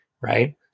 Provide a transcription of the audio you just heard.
right